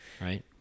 right